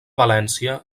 valència